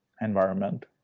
environment